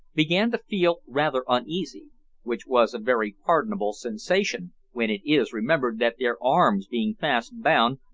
began to feel rather uneasy which was a very pardonable sensation, when it is remembered that their arms being fast bound,